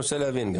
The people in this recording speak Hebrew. אני רוצה גם להבין.